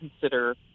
consider